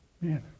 Man